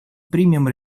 примем